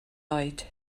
oed